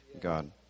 God